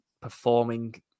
performing